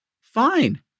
fine